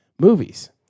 movies